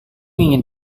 ingin